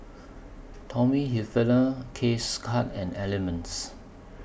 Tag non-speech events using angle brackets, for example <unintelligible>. Tommy Hilfiger K <unintelligible> Cuts and Element